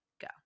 go